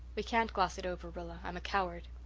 we can't gloss it over, rilla. i'm a coward.